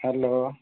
hello